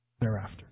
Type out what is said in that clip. thereafter